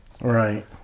right